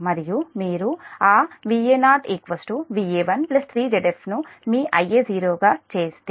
మరియు మీరు ఆ Va0 Va1 3 Zf ను మీ Ia0 గా చేస్తే